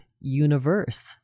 universe